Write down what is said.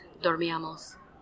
dormíamos